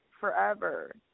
forever